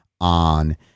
on